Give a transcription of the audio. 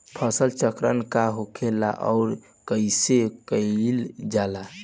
फसल चक्रण का होखेला और कईसे कईल जाला?